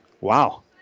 wow